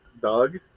Doug